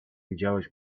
widziałaś